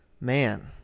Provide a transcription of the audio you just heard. man